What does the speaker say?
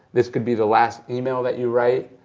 this could be the last email that you write,